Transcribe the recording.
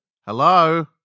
Hello